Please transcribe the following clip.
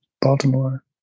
Baltimore